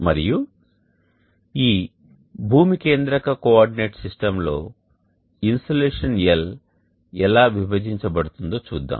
మరియు ఈ భూమి కేంద్రక కోఆర్డినేట్ సిస్టమ్లో ఇన్సోలేషన్ L ఎలా విభజించబడుతుందో చూద్దాం